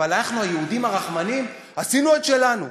אנחנו היהודים הרחמנים עשינו את שלנו,